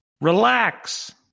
Relax